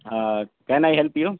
can I help U